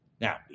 Now